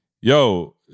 yo